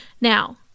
Now